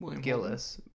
Gillis